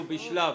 אנחנו בשלב